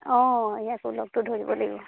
অঁ ইয়াকো লগটো ধৰিব লাগিব